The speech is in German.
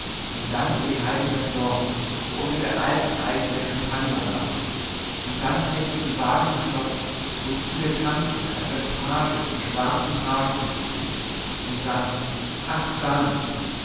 und dann über die heide in das dorf wo unter der alten eiche der champagner wartet und dann trägt uns ein wagen ins schloß wo ich zu dir tanze als dein page im schwarzen pagenkostüm und dann ach dann